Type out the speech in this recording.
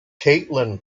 caitlin